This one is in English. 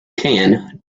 can